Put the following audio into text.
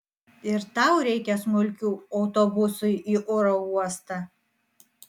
ir tau reikia smulkių autobusui į oro uostą